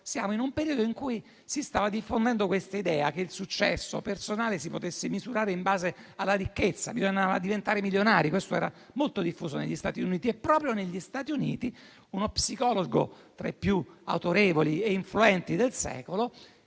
Siamo in un periodo in cui si stava diffondendo l'idea che il successo personale si potesse misurare in base alla ricchezza. Bisognava diventare milionari. Questo modo di pensare era molto diffuso negli Stati Uniti e proprio negli Stati Uniti uno psicologo tra i più autorevoli e influenti del secolo